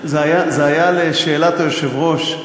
זה היה לשאלת היושב-ראש,